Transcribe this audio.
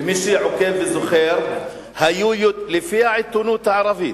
ומי שעוקב וזוכר, היו, לפי העיתונות הערבית,